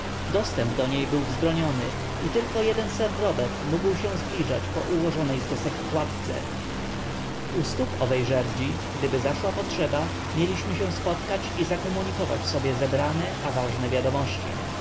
kordonu dostęp do niej był wzbroniony i tylko jeden sir robert mógł się zbliżać po ułożonej z desek kładce u stóp owej żerdzi gdyby zaszła potrzeba mieliśmy się spotkać i zakomunikować sobie zebrane a ważne wiadomości